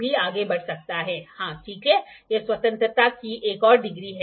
तो यह बहुत महत्वपूर्ण है